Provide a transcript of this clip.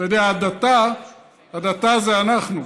אתה יודע, הדתה זה אנחנו,